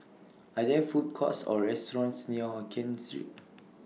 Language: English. Are There Food Courts Or restaurants near Hokien Street